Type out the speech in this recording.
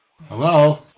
Hello